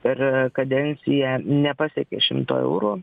per kadenciją nepasiekė šimto eurų